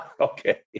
Okay